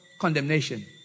condemnation